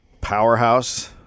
powerhouse